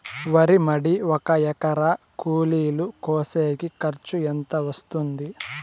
వరి మడి ఒక ఎకరా కూలీలు కోసేకి ఖర్చు ఎంత వస్తుంది?